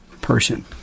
person